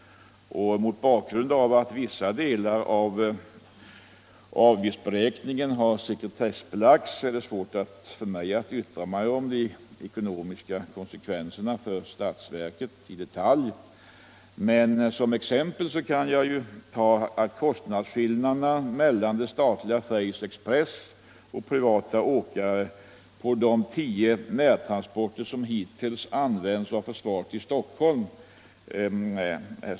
Mot bakgrund av att vissa delar av avgiftsberäkningen har sekretessbelagts är det svårt för mig att i detalj yttra mig om de ekonomiska konsekvenserna för statsverket. Men som exempel kan jag nämna kostnadsskillnaderna mellan det statliga Freys Express AB och privata åkare på de tio närtransporter som hittills gjorts av försvaret i Stockholm.